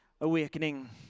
awakening